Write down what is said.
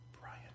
Brian